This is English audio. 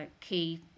key